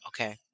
okay